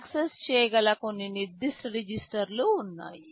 access చేయగల కొన్ని నిర్దిష్ట రిజిస్టర్లు ఉన్నాయి